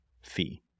fee